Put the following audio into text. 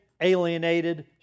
alienated